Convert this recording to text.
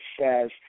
says